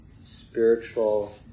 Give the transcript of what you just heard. spiritual